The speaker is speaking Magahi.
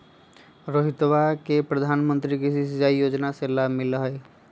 रोहितवा के प्रधानमंत्री कृषि सिंचाई योजना से लाभ मिला हई